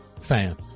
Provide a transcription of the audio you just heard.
fan